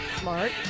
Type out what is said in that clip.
Smart